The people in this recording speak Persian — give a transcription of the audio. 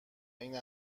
این